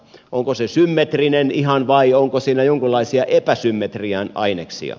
onko se symmetrinen ihan vai onko siinä jonkinlaisia epäsymmetrian aineksia